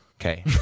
Okay